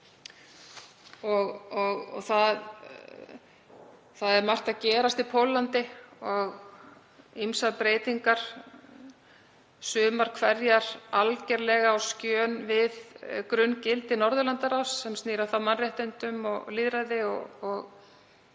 Það er margt að gerast í Póllandi og ýmsar breytingar, sumar hverjar algjörlega á skjön við grunngildi Norðurlandaráðs sem snúa að mannréttindum, lýðræði og